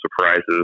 surprises